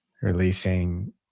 releasing